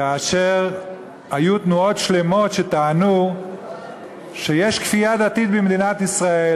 כאשר היו תנועות שלמות שטענו שיש כפייה דתית במדינת ישראל